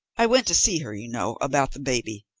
i went to see her, you know, about the baby.